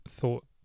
thought